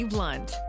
Blunt